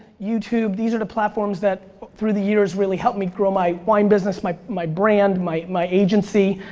youtube, these are the platforms that through the years really helped me grow my wine business, my my brand, my my agency,